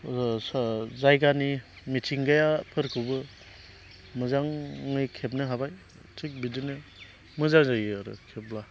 जायगानि मिथिंगाफोरखौबो मोजाङै खेबनो हाबाय थिग बिदिनो मोजां जायो आरो खेब्ला